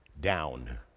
down